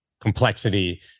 complexity